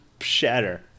shatter